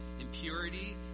impurity